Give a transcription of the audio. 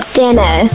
dinner